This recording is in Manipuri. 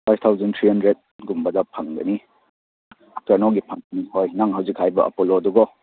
ꯐꯥꯏꯚ ꯊꯥꯎꯖꯟ ꯊ꯭ꯔꯤ ꯍꯦꯟꯗ꯭ꯔꯦꯗꯒꯨꯝꯕꯗ ꯐꯪꯒꯅꯤ ꯅꯪ ꯍꯧꯖꯤꯛ ꯍꯥꯏꯕ ꯑꯦꯄꯣꯂꯣꯗꯣꯀꯣ